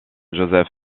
joseph